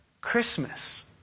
Christmas